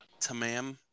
Tamam